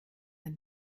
ein